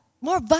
more